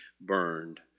burned